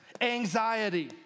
Anxiety